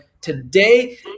today